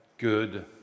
good